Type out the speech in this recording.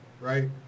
right